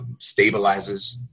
stabilizes